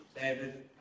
David